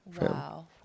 Wow